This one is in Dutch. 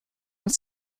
het